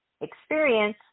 experience